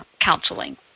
counseling